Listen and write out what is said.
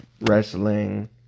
wrestling